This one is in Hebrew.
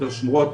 יותר שמורות,